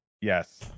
Yes